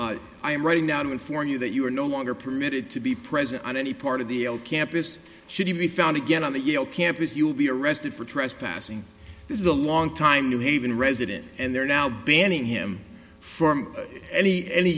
am writing down for you that you are no longer permitted to be present on any part of the campus should you be found again on the yale campus you will be arrested for trespassing this is a longtime new haven resident and they're now banning him from any any